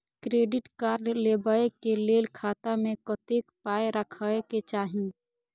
Credit card लेबै के लेल खाता मे कतेक पाय राखै के चाही?